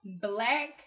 black